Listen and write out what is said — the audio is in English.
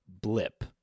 blip